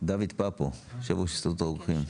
דוד פפו בזום, יושב-ראש הסתדרות הרוקחים.